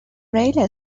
railway